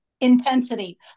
intensity